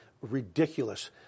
ridiculous